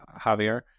Javier